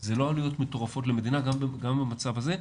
זה לא עלויות מטורפות למדינה גם במצב הזה,